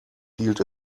hielt